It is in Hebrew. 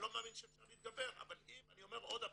אני לא מאמין שאפשר להתגבר, אבל אני אומר עוד פעם,